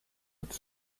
het